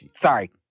Sorry